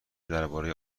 درباره